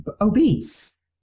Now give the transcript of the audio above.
obese